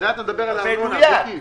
אתה מדבר על הארנונה, מיקי.